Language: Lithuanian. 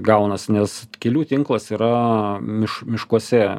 gaunasi nes kelių tinklas yra miš miškuose